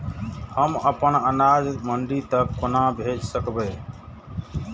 हम अपन अनाज मंडी तक कोना भेज सकबै?